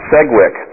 Segwick